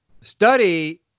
study